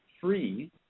free